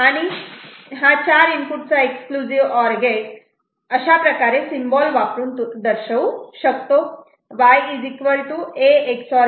आणि 4 इनपुटचा exclusive or gate अशाप्रकारे सिम्बॉल वापरून दर्शवू शकतो